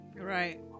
Right